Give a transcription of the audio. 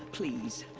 please.